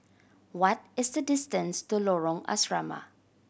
what is the distance to Lorong Asrama